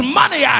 money